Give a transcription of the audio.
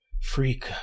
freak